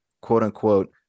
quote-unquote